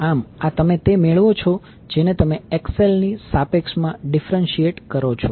આમ આ તમે તે મેળવો છો જેને તમે XL ની સાપેક્ષમા ડીફરન્શીએટ કરો છો